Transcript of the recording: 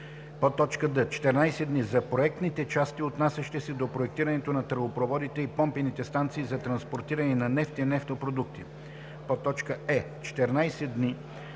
до 10 км; д) 14 дни – за проектните части, отнасящи се до проектирането на тръбопроводите и помпените станции за транспортиране на нефт и нефтопродукти; е) 14 дни